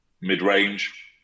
mid-range